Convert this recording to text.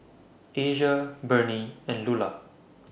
Asia Bernie and Lulah